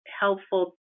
helpful